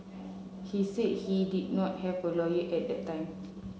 he said he did not have a lawyer at the time